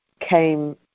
came